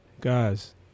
Guys